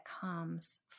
comes